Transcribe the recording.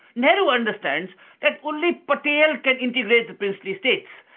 nehru understands that only patel can integrate the princely states,